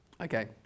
okay